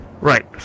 Right